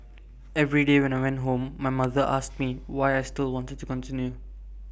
every day when I went home my mother asked me why I still wanted to continue